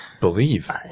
believe